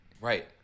Right